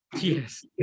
yes